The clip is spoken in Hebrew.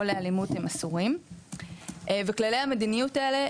או לאלימות הם אסורים וכללי המדיניות האלה,